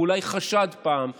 ואולי חשד פעם שההיא,